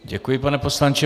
Děkuji, pane poslanče.